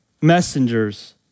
messengers